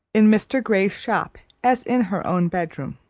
in mr. gray's shop, as in her own bedroom.